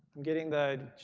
i'm getting the